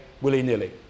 willy-nilly